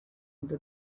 into